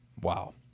Wow